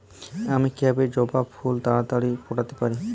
আমি কিভাবে জবা ফুল তাড়াতাড়ি ফোটাতে পারি?